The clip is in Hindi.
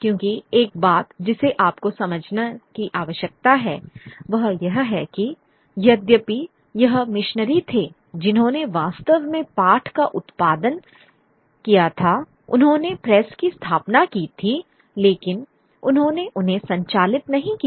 क्योंकि एक बात जिसे आपको समझने की आवश्यकता है वह यह है कि यद्यपि यह मिशनरी थे जिन्होंने वास्तव में पाठ का उत्पादन किया था उन्होंने प्रेस की स्थापना की थी लेकिन उन्होंने उन्हें संचालित नहीं किया